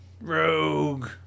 Rogue